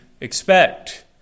expect